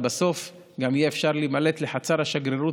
בסוף גם יהיה אפשר להימלט לחצר השגרירות